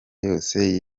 yose